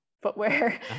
footwear